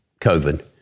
COVID